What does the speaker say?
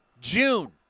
June